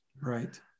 right